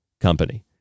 company